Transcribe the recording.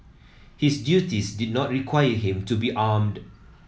his duties did not require him to be armed